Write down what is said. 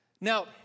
Now